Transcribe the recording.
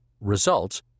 results